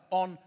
on